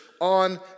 on